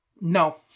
No